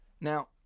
Now